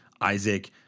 Isaac